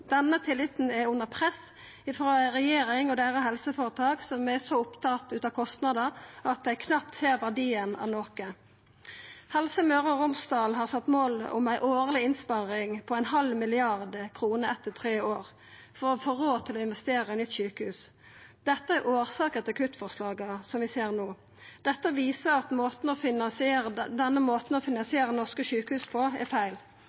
Denne tilliten er under press frå ei regjering – og deira helseføretak – som er så opptatt av kostnader at dei knapt ser verdien av noko. Helse Møre og Romsdal har sett som mål ei årleg innsparing på ein halv milliard kroner etter tre år for å få råd til å investera i nytt sjukehus. Dette er årsaka til kuttforslaga som vi ser no. Dette viser at denne måten å finansiera norske sjukehus på, er feil. Dette viser at dagens måte å